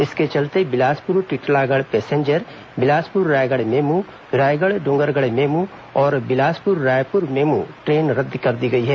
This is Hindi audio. इसके चलते बिलासपुर टिटलागढ़ पैसेंजर बिलासपुर रायगढ़ मेम रायपुर डोंगरगढ़ और बिलासपुर रायपुर मेमू ट्रेन रद्द कर दी गई है